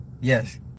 Yes